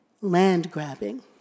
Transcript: Land-grabbing